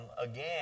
again